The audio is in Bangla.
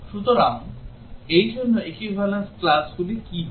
সুতরাং এই জন্য equivalence classগুলি কি হবে